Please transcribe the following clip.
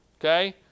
okay